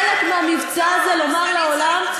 הוא חלק מהמבצע הזה לומר לעולם: